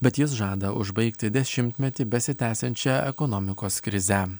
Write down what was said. bet jis žada užbaigti dešimtmetį besitęsiančią ekonomikos krizę